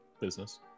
business